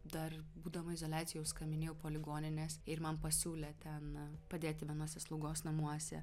dar būdama izoliacijoj jau skambinėjau po ligonines ir man pasiūlė ten padėti vienuose slaugos namuose